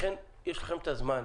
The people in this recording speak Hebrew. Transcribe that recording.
לכן יש לכם את הזמן.